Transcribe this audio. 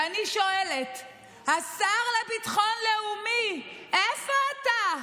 ואני שואלת: השר לביטחון לאומי, איפה אתה?